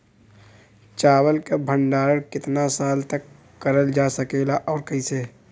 चावल क भण्डारण कितना साल तक करल जा सकेला और कइसे?